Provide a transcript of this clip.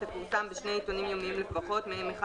הנקודה השלישית: עד שתהיה רפורמה ואני שמח